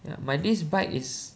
ya my this bike is